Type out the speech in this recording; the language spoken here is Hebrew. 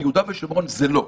ביהודה ושומרון זה לא.